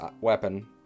weapon